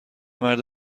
مرد